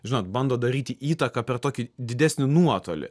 žinot bando daryti įtaką per tokį didesnį nuotolį